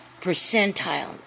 percentile